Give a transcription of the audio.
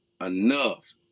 enough